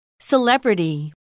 Celebrity